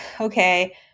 okay